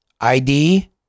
ID